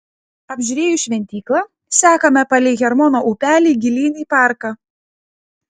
apžiūrėjus šventyklą sekame palei hermono upelį gilyn į parką